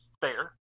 fair